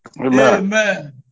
Amen